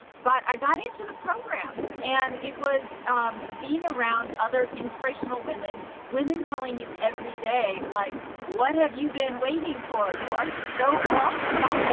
but i got into the program and it was being around other inspirational women, women telling you every day like what have you been waiting for? you are so qualified.